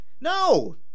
No